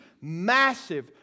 massive